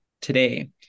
today